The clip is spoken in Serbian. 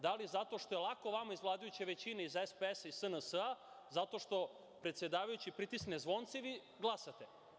Da li zato što je lako vama iz vladajuće većine, iz SPS-a i SNS-a, zato što predsedavajući pritisne zvonce i vi glasate?